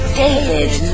David